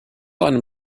einem